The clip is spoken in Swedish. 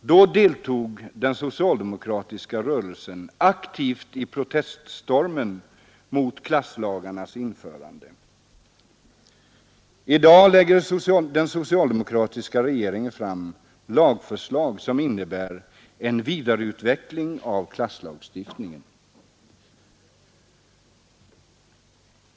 Då deltog den socialdemokratiska rörelsen aktivt i proteststormen mot klasslagarnas införande. I dag lägger den socialdemokratiska regeringen fram lagförslag som innebär en vidareutveckling av klasslagstiftningen.